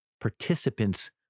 participants